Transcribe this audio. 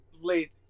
late